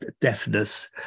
deafness